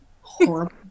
horrible